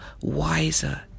wiser